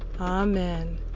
Amen